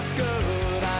good